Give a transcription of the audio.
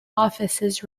offices